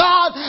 God